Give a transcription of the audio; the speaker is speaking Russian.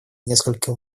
несколько